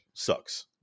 sucks